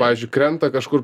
pavyzdžiui krenta kažkur